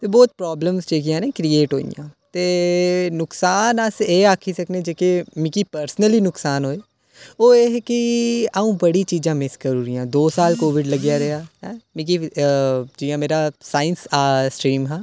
ते बहुत प्राब्लमां जेह्कियां न करिएट होई गेइयां ते नुकसान एह् आक्खी सकने जेह्के मिगी परसनली नुकसान होए ओह् एह् हे कि अ'ऊं बड़ी चीजां मिस करी ओड़ियां दो साल कोविड लग्गेआ रेहा मिगी जि'यां मेरा साईंस स्ट्रीम हा